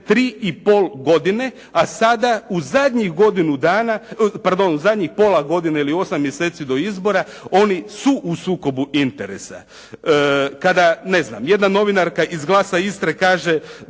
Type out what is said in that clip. godinu dana, pardon u zadnjih pola godine ili 8 mjeseci do izbora oni su u sukobu interesa. Kada ne znam, jedna novinarka iz “Glasa Istre“ kaže